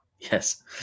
Yes